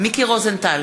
מיקי רוזנטל,